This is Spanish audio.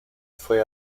fue